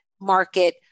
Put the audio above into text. market